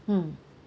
hmm